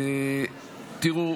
תראו,